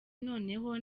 noneho